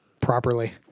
properly